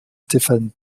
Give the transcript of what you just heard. stéphane